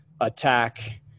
attack